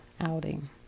outing